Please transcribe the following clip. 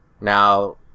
now